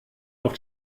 auf